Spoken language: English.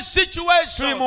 situation